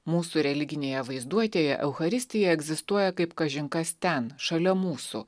mūsų religinėje vaizduotėje eucharistija egzistuoja kaip kažin kas ten šalia mūsų